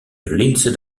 lindsay